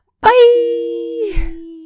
bye